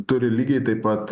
turi lygiai taip pat